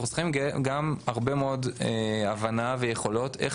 אנחנו צריכים גם הרבה מאוד הבנה ויכולות איך